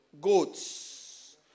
goats